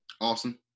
Awesome